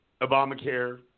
Obamacare